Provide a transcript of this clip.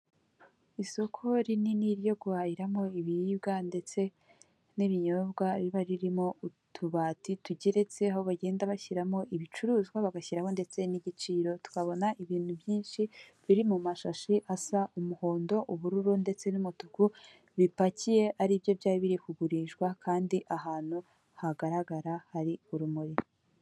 Isoko rinini ryo guhahiramo ibiribwa ndetse n'ibinyobwa biba ririmo utubati tugeretse aho bagenda bashyiramo ibicuruzwa, bagashyiraho ndetse n'igiciro. Tukabona ibintu byinshi biri mu mashashi asa umuhondo, ubururu ndetse n'umutuku bipakiye ari byo byari biri kugurishwa kandi ahantu hagaragara hari urumuri.